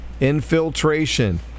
Infiltration